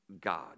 God